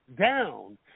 down